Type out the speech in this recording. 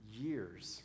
years